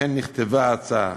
3. אכן נכתבה הצעה